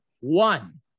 One